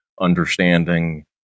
understanding